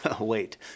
wait